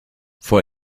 for